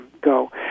go